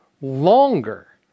longer